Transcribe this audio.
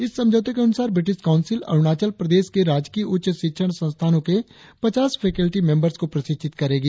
इस समझौते के अनुसार ब्रिटिश काउंसिल अरुणाचल प्रदेश के राजकीय उच्च शिक्षण संस्थानों के पचास फेकल्टी मेंबर्स को प्रशिक्षित करेगी